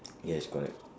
yes correct